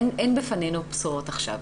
אין בפנינו בשורות עכשיו.